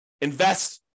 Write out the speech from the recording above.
Invest